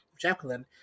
Jacqueline